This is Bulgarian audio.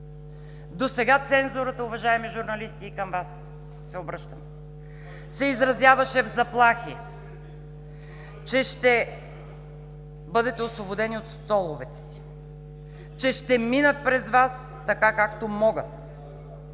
Досега цензурата, уважаеми журналисти, и към Вас се обръщам, се изразяваше в заплахи, че ще бъдете освободени от столовете си, че ще минат през Вас, така както могат.